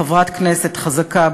חברת כנסת חזקה,